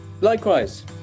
Likewise